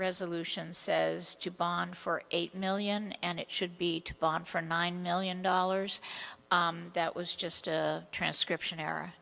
resolution says to bond for eight million and it should be bought for nine million dollars that was just a transcription er